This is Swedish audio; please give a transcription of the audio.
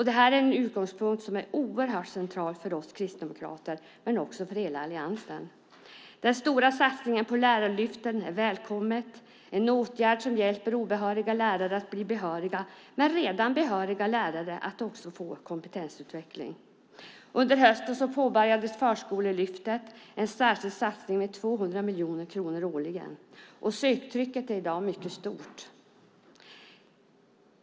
Det här är en utgångspunkt som är oerhört central för oss kristdemokrater och för hela alliansen. Den stora satsningen på Lärarlyftet är välkommen. Det är en åtgärd som hjälper obehöriga lärare att bli behöriga. Redan behöriga lärare kan också få kompetensutveckling. Under hösten påbörjades Förskolelyftet, en särskild satsning med 200 miljoner kronor årligen. Söktrycket är i dag mycket stort.